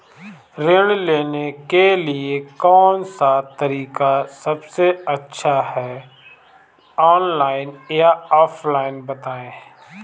ऋण लेने के लिए कौन सा तरीका सबसे अच्छा है ऑनलाइन या ऑफलाइन बताएँ?